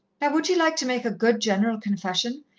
now would ye like to make a good general confession,